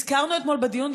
והזכרנו אתמול בדיון,